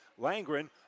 Langren